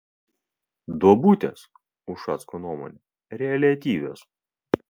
duobutės ušacko nuomone reliatyvios